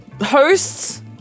hosts